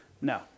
no